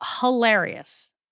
hilarious